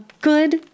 good